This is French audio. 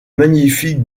magnifique